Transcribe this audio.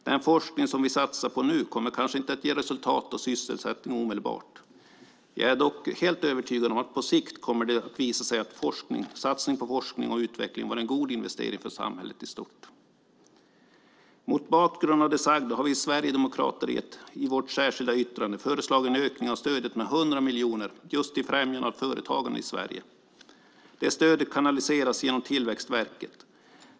Den forskning som vi satsar på nu kommer kanske inte att ge resultat och sysselsättning omedelbart. Jag är dock helt övertygad om att det på sikt kommer att visa sig att satsning på forskning och utveckling var en god investering för samhället i stort. Mot bakgrund av det sagda har vi sverigedemokrater i vårt särskilda yttrande föreslagit en ökning av stödet med 100 miljoner just till främjande av företagande i Sverige. Det stödet kanaliseras genom Tillväxtverket.